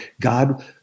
god